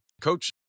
Coach